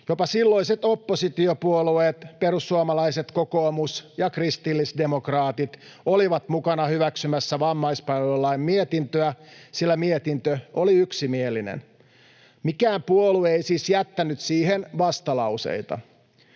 Jopa silloiset oppositiopuolueet, perussuomalaiset, kokoomus ja kristillisdemokraatit, olivat mukana hyväksymässä vammaispalvelulain mietintöä, sillä mietintö oli yksimielinen. Mikään puolue ei siis jättänyt siihen vastalauseita.